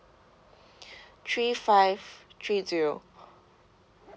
three five three zero